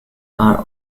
are